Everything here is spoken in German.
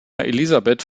elisabeth